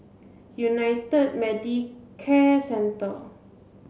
United Medicare Centre